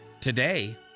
Today